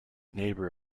neighbour